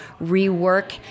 rework